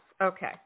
Okay